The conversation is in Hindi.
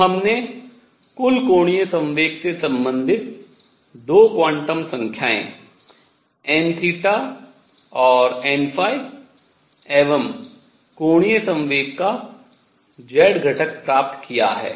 तो हमने कुल कोणीय संवेग से संबंधित 2 क्वांटम संख्याएँ n और n एवं कोणीय संवेग का z घटक प्राप्त किया है